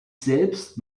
selbst